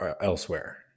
elsewhere